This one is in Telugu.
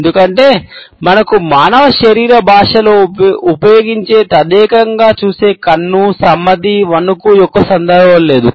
ఎందుకంటే మనకు మానవ శరీర భాషలో ఉపయోగించే తదేకంగా చూసే కన్ను సమ్మతి వణుకు యొక్క సందర్భం లేదు